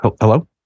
Hello